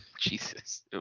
Jesus